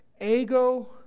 Ego